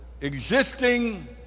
existing